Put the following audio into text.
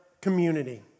community